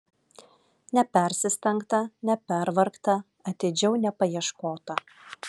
nepersistengta nepervargta atidžiau nepaieškota